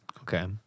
Okay